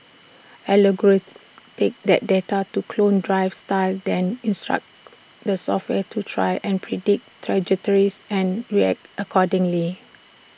algorithms take that data to clone driving styles then instruct the software to try and predict trajectories and react accordingly